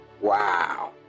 Wow